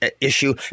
issue